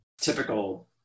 typical